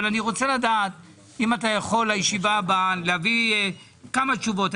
אבל אם אתה יכול לישיבה הבאה להביא כמה תשובות.